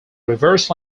reverse